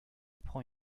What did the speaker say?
prend